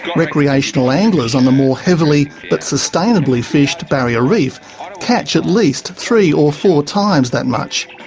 recreational anglers on the more heavily, but sustainably, fished barrier reef catch at least three or four times that much.